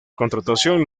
contratación